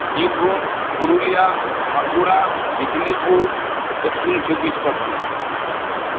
Birbhum Purulia Bankura Medinipur Dakshin Chobbis Pargana